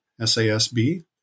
SASB